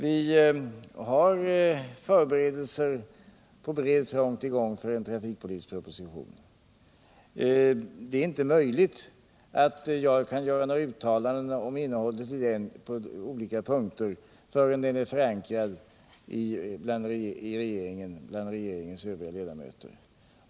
Vi har förberedelser i gång på bred front för en trafikpolitisk proposition, och det är inte möjligt för mig att göra några uttalanden om innehållet i den på olika punkter förrän den är förankrad bland regeringens övriga ledamöter.